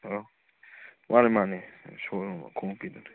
hello ꯃꯥꯅꯦ ꯃꯥꯅꯦ ꯁꯨꯒꯨꯅꯨ ꯃꯈꯣꯡꯒꯤꯗꯨꯅꯦ